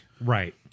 Right